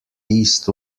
east